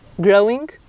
growing